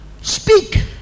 speak